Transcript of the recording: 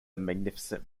magnificent